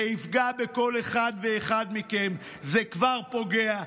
זה יפגע בכל אחד ואחד מכם, זה כבר פוגע.